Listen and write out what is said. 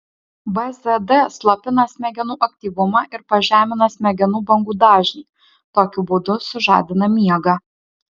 bzd slopina smegenų aktyvumą ir pažemina smegenų bangų dažnį tokiu būdu sužadina miegą